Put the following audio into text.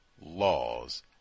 laws